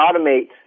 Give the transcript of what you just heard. automate